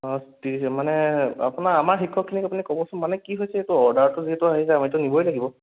অঁ ঠিক আছে মানে আপোনাৰ আমাৰ শিক্ষকখিনিক আপুনি ক'বচোন মানে কি হৈছে এইটো অৰ্দাৰটো যিহেতু আহিছে আমিতো নিবই লাগিব